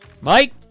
Mike